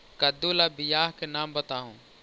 कददु ला बियाह के नाम बताहु?